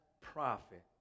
prophet